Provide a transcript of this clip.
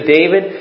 David